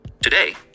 Today